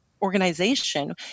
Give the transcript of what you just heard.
Organization